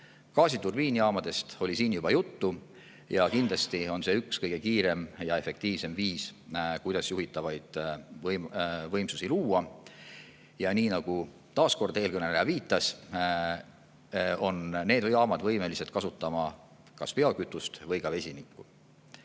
Gaasiturbiinijaamadest oli siin juba juttu, kindlasti on see üks kõige kiirem ja efektiivsem viis, kuidas juhitavaid võimsusi luua. Ja nii nagu eelkõneleja viitas, on need jaamad võimelised kasutama kas biokütust või ka vesinikku.